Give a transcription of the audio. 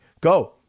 Go